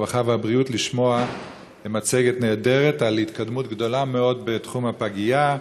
הרווחה והבריאות לשמוע מצגת נהדרת על התקדמות גדולה מאוד בתחום הפגייה,